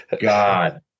God